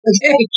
Okay